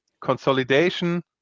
consolidation